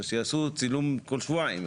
אז שיעשו צילום כל שבועיים.